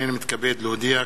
הנני מתכבד להודיע,